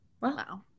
Wow